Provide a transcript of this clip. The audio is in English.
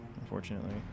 unfortunately